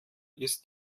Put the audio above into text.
ist